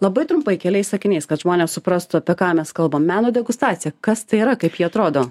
labai trumpai keliais sakiniais kad žmonės suprastų apie ką mes kalbam meno degustacija kas tai yra kaip ji atrodo